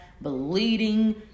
bleeding